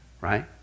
right